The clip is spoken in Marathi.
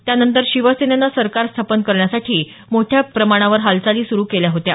त्यानंतर शिवसेनेनं सरकार स्थापन करण्यासाठी मोठ्या प्रमाणावर हालचाली सुरू केल्या होत्या